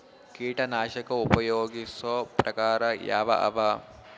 ಕೀಟನಾಶಕ ಉಪಯೋಗಿಸೊ ಪ್ರಕಾರ ಯಾವ ಅವ?